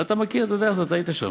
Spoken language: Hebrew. אתה מכיר, אתה יודע איך זה, אתה היית שם.